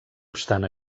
obstant